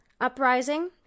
uprising